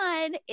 one